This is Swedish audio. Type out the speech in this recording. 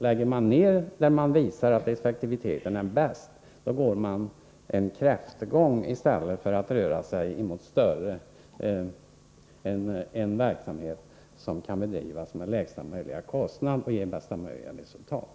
Lägger man ned det som visat sig ha den bästa effektiviteten, går man kräftgång i stället för att röra sig mot en verksamhet som kan bedrivas till lägsta möjliga kostnader och ge bästa möjliga resultat.